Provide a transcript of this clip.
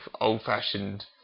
old-fashioned